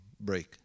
break